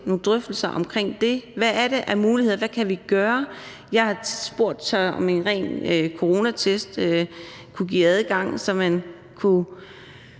nogle drøftelser omkring det – hvad er der af muligheder, og hvad kan vi gøre? Jeg har spurgt, om en negativ coronatest kunne give adgang, så man kunne